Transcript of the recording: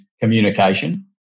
communication